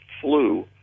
flu